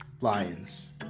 Lions